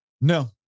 No